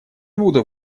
буду